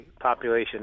population